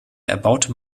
erbaute